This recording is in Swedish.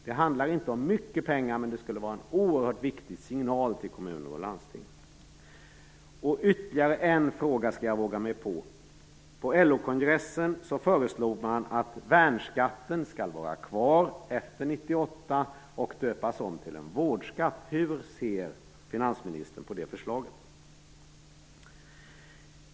Det handlar inte om mycket pengar, men det skulle vara en oerhört viktig signal till kommuner och landsting. Ytterligare en fråga skall jag våga mig på. På LO kongressen föreslog man att värnskatten skall vara kvar efter 1998 och göras om till en vårdskatt. Hur ser finansministern på det förslaget?